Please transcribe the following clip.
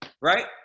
right